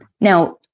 Now